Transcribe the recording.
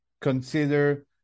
consider